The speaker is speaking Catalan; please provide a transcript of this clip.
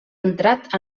entrat